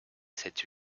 cette